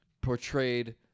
Portrayed